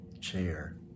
chair